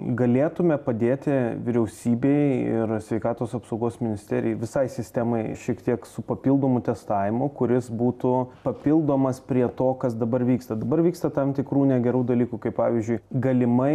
galėtume padėti vyriausybei ir sveikatos apsaugos ministerijai visai sistemai šiek tiek su papildomu testavimu kuris būtų papildomas prie to kas dabar vyksta dabar vyksta tam tikrų negerų dalykų kaip pavyzdžiui galimai